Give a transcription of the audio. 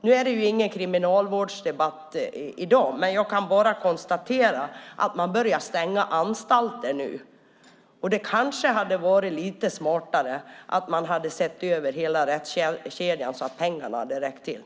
Nu är detta inte en kriminalvårdsdebatt, men jag kan konstatera att man börjar stänga anstalter. Det hade kanske varit lite smartare att se över hela rättskedjan så att pengarna hade räckt till.